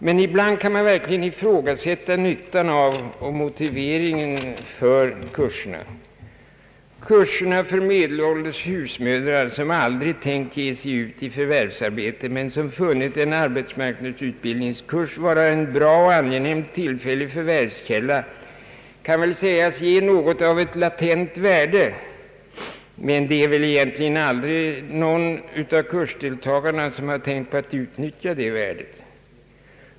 Men ibland kan man verkligen ifrågasätta nyttan av och motiveringen för kurserna. Kurserna för medelålders husmödrar, som aldrig tänkt ge sig ut i förvärvsarbete men som funnit en arbetsmarknadsutbildningskurs vara en bra och angenäm tillfällig förvärvskälla, kan väl sägas ge något av ett latent värde, men det är egentligen aldrig någon av kursdeltagarna som har tänkt att utnyttja det värdet.